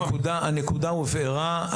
הנקודה הובהרה.